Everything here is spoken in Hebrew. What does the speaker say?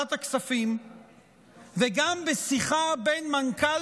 בוועדת הכספים וגם בשיחה בין מנכ"ל